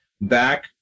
Back